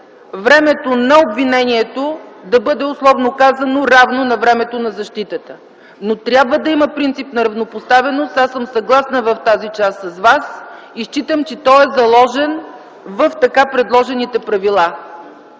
времето на обвинението да бъде, условно казано, равно на времето на защитата. Но трябва да има принцип на равнопоставеност – аз съм съгласна в тази част с Вас и считам, че той е заложен в така предложените правила.